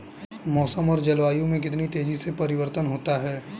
मौसम और जलवायु में कितनी तेजी से परिवर्तन होता है?